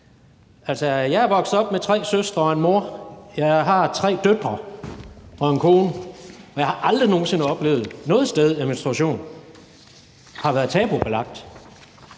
jeg er vokset op med tre søstre og en mor. Jeg har tre døtre og en kone, og jeg har aldrig nogen sinde oplevet noget sted, at menstruation har været tabubelagt.